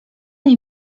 nie